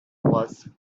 was